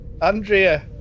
Andrea